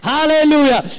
Hallelujah